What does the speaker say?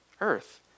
earth